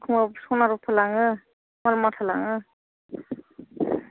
एखमबा सना रुफा लाङो माल माथा लाङो